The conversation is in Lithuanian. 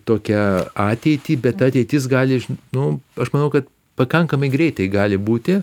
tokią ateitį bet ta ateitis gali nu aš manau kad pakankamai greitai gali būti